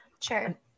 sure